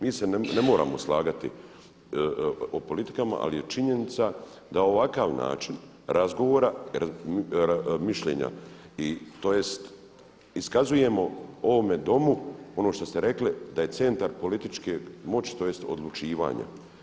Mi se ne moramo slagati o politikama ali je činjenica da ovakav način razgovara, mišljenja tj. iskazujemo ovome Domu ono što smo rekli da je centar političke moći tj. odlučivanja.